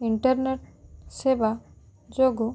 internet ସେବା ଯୋଗୁଁ